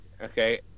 Okay